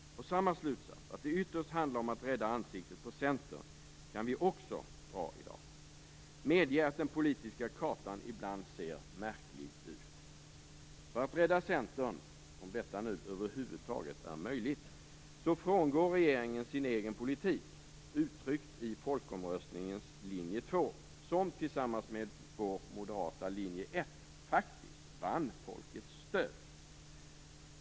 Samma slutsats, att det ytterst handlar om att rädda ansiktet på Centern, kan vi också dra i dag. Medge att den politiska kartan ibland ser märklig ut! För att rädda Centern, om detta nu över huvud taget är möjligt, frångår regeringen sin egen politik uttryckt i folkomröstningen linje 2, som tillsammans med vår moderata linje 1 faktiskt vann folkets stöd.